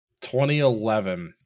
2011